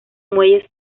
muelles